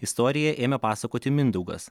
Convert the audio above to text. istoriją ėmė pasakoti mindaugas